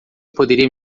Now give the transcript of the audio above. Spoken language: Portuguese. poderia